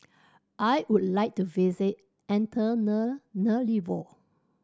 I would like to visit Antananarivo